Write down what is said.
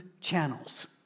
channels